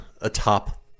atop